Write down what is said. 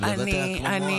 את מדברת אליה כמו מורה.